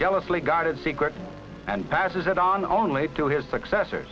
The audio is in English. jealously guarded secret and passes it on only to his successor